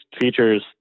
features